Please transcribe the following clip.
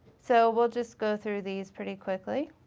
so we'll just go through these pretty quickly.